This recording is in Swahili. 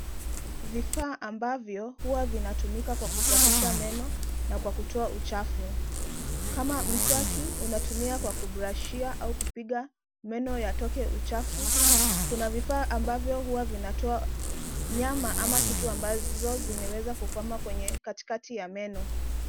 Vifaa ambavyo huwa vinatumika kwa kusafisha meno na kwa kutoa uchafu kama mswaki unatumia kwa kubrushia au kupiga meno yatoke uchafu. Kuna vifaa ambavyo huwa vinatoa nyama ama kitu ambazo zimeweza kukwama katikati ya meno.